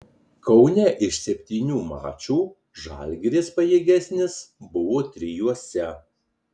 kaune iš septynių mačų žalgiris pajėgesnis buvo trijuose